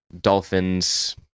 Dolphins